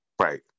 right